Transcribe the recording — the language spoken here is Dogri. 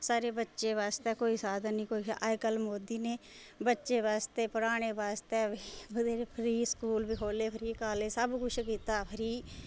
सारे बच्चें बारे आस्तै कोई नीं अज्ज कल मोदी नै बच्चे वास्तै पढ़ाने वास्तै फ्री स्कूल बी खोह्ले कॉलेज बी खोह्ले सब कुछ खोह्ले